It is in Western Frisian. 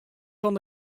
fan